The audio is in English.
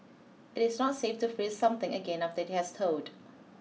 it is not safe to freeze something again after it has thawed